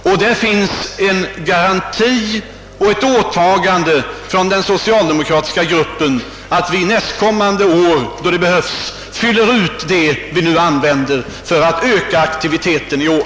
Och där finns det en garanti och ett åtagande från den socialdemokratiska gruppen att nästa år fylla ut vad vi använder för att öka aktiviteten i år.